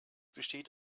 besteht